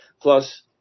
Plus